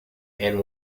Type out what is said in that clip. and